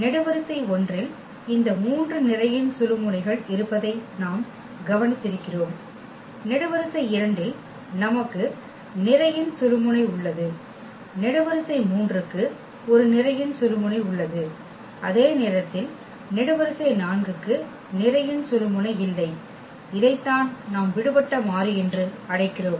நெடுவரிசை 1 இல் இந்த 3 நிரையின் சுழுமுனைகள் இருப்பதை நாம் கவனித்திருக்கிறோம் நெடுவரிசை 2 இல் நமக்கு நிரையின் சுழுமுனை உள்ளது நெடுவரிசை 3 க்கு ஒரு நிரையின் சுழுமுனை உள்ளது அதே நேரத்தில் நெடுவரிசை 4 க்கு நிரையின் சுழுமுனை இல்லை இதைத்தான் நாம் விடுபட்ட மாறி என்று அழைக்கிறோம்